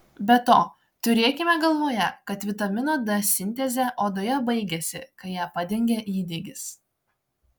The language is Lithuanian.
be to turėkime galvoje kad vitamino d sintezė odoje baigiasi kai ją padengia įdegis